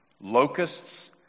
locusts